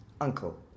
uncle